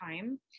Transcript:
time